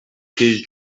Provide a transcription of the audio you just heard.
his